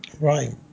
Right